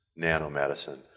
nanomedicine